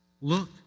Look